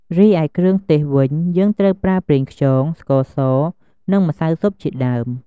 រីឯគ្រឿងទេសវិញ យើងត្រូវប្រើប្រេងខ្យង ស្ករស និងម្សៅស៊ុបជាដើម។